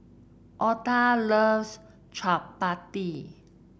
Altha loves Chapati